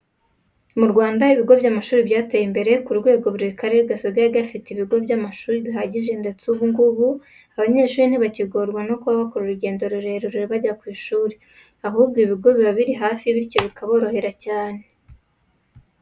Mu Rwanda ibigo by'amashuri byateye imbere ku rwego buri karere gasigaye gafite ibigo by'amashuri bihagije ndetse ubu ngubu abanyeshuri ntibakigorwa no kuba bakora urugendo rurerure bajya ku ishuri, ahubwo ibigo biba biri hafi bityo bikaborohera cyane.